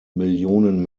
millionen